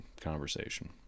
conversation